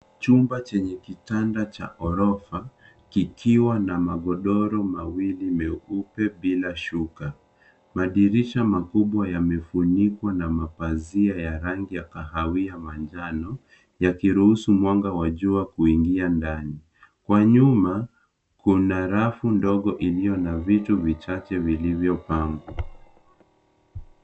Chumba chenye kitanda cha ghorofa kikiwa na magodoro mawili meupe bila shuka. Madirisha makubwa yamefunikwa na mapazio ya rangi ya kahawia na njano, yakiruhusu mwanga wa jua kuingia ndani. Kwa nyuma, kuna rafu ndogo iliyo na vitu vichache vilivyopangwa.